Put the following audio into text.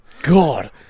God